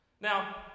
Now